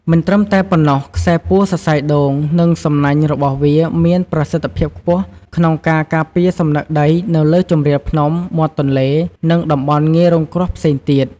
មិនត្រឹមតែប៉ុណ្ណោះខ្សែពួរសរសៃដូង និងសំណាញ់របស់វាមានប្រសិទ្ធភាពខ្ពស់ក្នុងការការពារសំណឹកដីនៅលើជម្រាលភ្នំ មាត់ទន្លេ និងតំបន់ងាយរងគ្រោះផ្សេងទៀត។